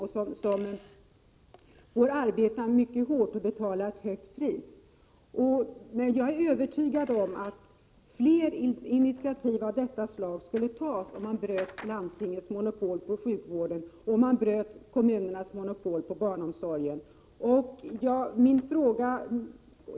De får också arbeta mycket hårt och betala ett högt pris. Jag är övertygad om att fler initiativ av detta slag skulle tas, om man bröt landstingens monopol på sjukvården och om man bröt kommunernas monopol på barnomsorgen.